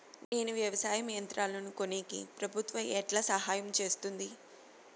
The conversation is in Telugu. నేను వ్యవసాయం యంత్రాలను కొనేకి ప్రభుత్వ ఎట్లా సహాయం చేస్తుంది?